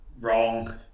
Wrong